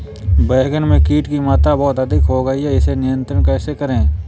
बैगन में कीट की मात्रा बहुत अधिक हो गई है इसे नियंत्रण कैसे करें?